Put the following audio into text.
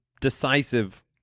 decisive